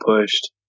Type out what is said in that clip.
pushed